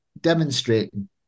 demonstrating